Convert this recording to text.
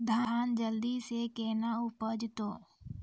धान जल्दी से के ना उपज तो?